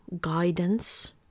guidance